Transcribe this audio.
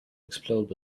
explode